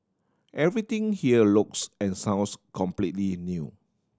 everything here looks and sounds completely new